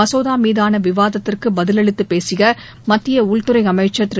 மசோதா மீதான விவாதத்திற்கு பதிலளித்துப் பேசிய மத்திய உள்துறை அமைச்சர் திரு